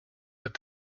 with